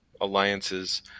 alliances